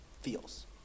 feels